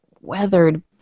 weathered